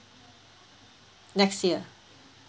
next year